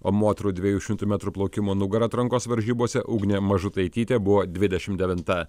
o moterų dviejų šimtų metrų plaukimo nugara atrankos varžybose ugnė mažutaitytė buvo dvidešimt devinta